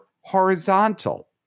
horizontal